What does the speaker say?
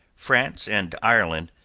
france, and ireland,